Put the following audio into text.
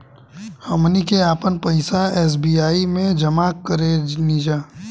हमनी के आपन पइसा एस.बी.आई में जामा करेनिजा